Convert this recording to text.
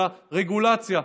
אלא רגולציה,